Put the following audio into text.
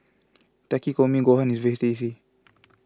Takikomi Gohan is very tasty